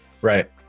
Right